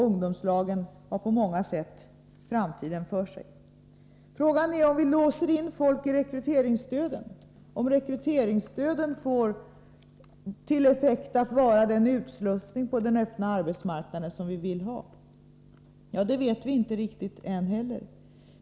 Ungdomslagen har på många sätt framtiden för sig. Frågan är om vi låser in folk genom rekryteringsstödet. Innebär rekryteringsstödet den utslussning till den öppna arbetsmarknaden som vi vill åstadkomma? Det vet vi inte riktigt än.